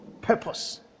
purpose